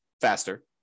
faster